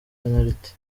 penaliti